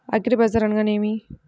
అగ్రిబజార్ అనగా నేమి?